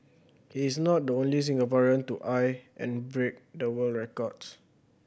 he is not the only Singaporean to eye and break the world records